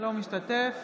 אינו משתתף